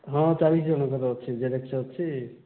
ହଁ ଚାଳିଶ ଜଣକର ଅଛି ଜେରକ୍ସ ଅଛି